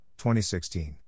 2016